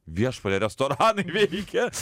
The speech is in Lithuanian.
viešpatie restoranai veikia